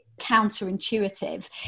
counterintuitive